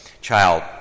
child